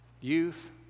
Youth